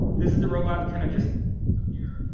this is the robot kind of just so here,